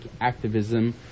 activism